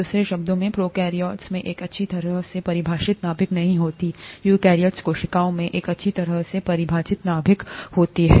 दूसरे शब्दों में प्रोकैरियोट्स में एक अच्छी तरह से परिभाषित नाभिक नहीं होता है यूकेरियोटिक कोशिकाओं में एक अच्छी तरह से परिभाषित नाभिक होता है